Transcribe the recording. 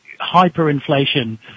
hyperinflation